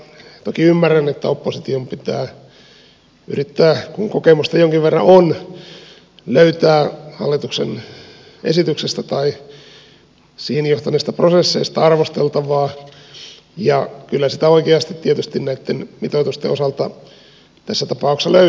toki ymmärrän kun kokemusta jonkin verran on että opposition pitää yrittää löytää hallituksen esityksestä tai siihen johtaneista prosesseista arvosteltavaa ja kyllä sitä oikeasti tietysti näitten mitoitusten osalta tässä tapauksessa löytyykin